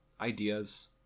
ideas